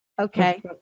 okay